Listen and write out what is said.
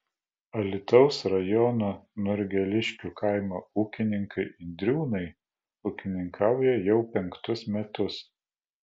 alytaus rajono norgeliškių kaimo ūkininkai indriūnai ūkininkauja jau penktus metus